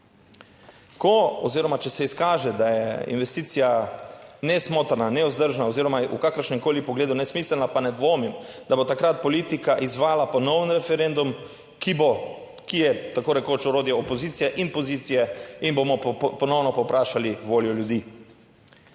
Ko oziroma če se izkaže, da je investicija nesmotrna, nevzdržna oziroma je v kakršnem koli pogledu nesmiselna, pa ne dvomim, da bo takrat politika izvajala ponoven referendum, ki bo, ki je tako rekoč orodje opozicije in pozicije in bomo ponovno povprašali voljo ljudi.